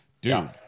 dude